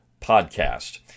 podcast